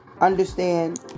understand